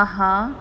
(uh huh)